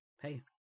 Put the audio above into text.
hey